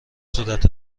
صورت